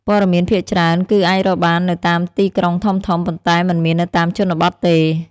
ព័ត៌មានភាគច្រើនគឺអាចរកបាននៅតាមទីក្រុងធំៗ ប៉ុន្តែមិនមាននៅតាមជនបទទេ។